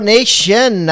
Nation